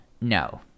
No